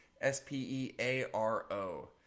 S-P-E-A-R-O